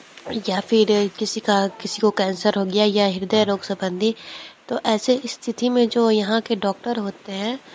या फिर किसी का किसी को कैंसर हो गया या हृदय रोग सम्बन्धी तो ऐसी स्थिति में जो यहाँ के डॉक्टर होते हैं